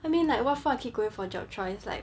I mean like what for I keep going for job trial it's like